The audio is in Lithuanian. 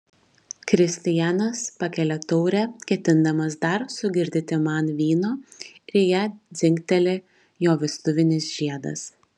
kristijanas pakelia taurę ketindamas dar sugirdyti man vyno ir į ją dzingteli jo vestuvinis žiedas